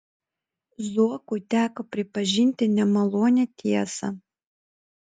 zuokui teko pripažinti nemalonią tiesą